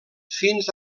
fins